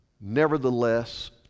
Nevertheless